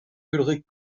ulrich